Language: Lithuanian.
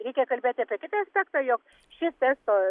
reikia kalbėti apie kitą aspektą jog šis testo